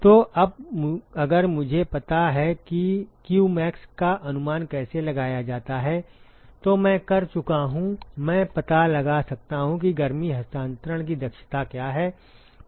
तो अब अगर मुझे पता है कि qmax का अनुमान कैसे लगाया जाता है तो मैं कर चुका हूं मैं पता लगा सकता हूं कि गर्मी हस्तांतरण की दक्षता क्या है